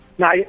Now